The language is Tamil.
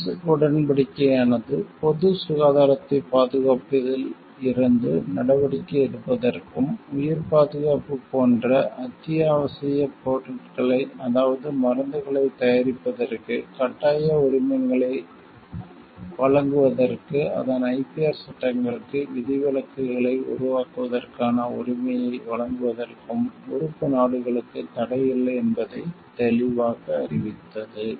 TRIPS உடன்படிக்கையானது பொது சுகாதாரத்தைப் பாதுகாப்பதில் இருந்து நடவடிக்கை எடுப்பதற்கும் உயிர்காப்பு போன்ற அத்தியாவசியப் பொருட்களை அதாவது மருந்துகளை தயாரிப்பதற்கு கட்டாய உரிமங்களை வழங்குவதற்கு அதன் IPR சட்டங்களுக்கு விதிவிலக்குகளை உருவாக்குவதற்கான உரிமையை வழங்குவதற்கும் உறுப்பு நாடுகளுக்கு தடையில்லை என்பதைத் தெளிவாக அறிவித்தது